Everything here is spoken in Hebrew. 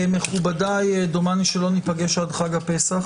מכובדיי, דומני שלא ניפגש עד חג הפסח.